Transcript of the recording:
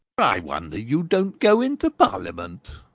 i wonder you don't go into parliament.